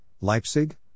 Leipzig